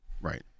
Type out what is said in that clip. right